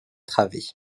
travées